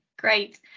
Great